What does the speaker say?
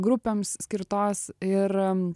grupėms skirtos ir